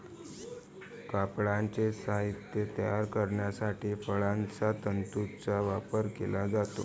कापडाचे साहित्य तयार करण्यासाठी फळांच्या तंतूंचा वापर केला जातो